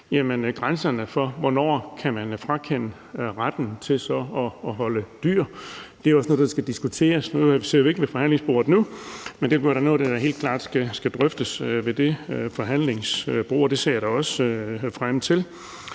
grænserne for, hvornår man kan frakende folk retten til at holde dyr; det er jo også noget, der skal diskuteres. Vi sidder ikke ved forhandlingsbordet nu, men det må da være noget af det, der helt klart skal drøftes ved det forhandlingsbord, og det ser jeg også frem til.